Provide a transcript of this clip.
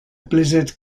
blizzard